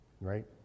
Right